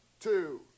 two